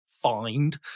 find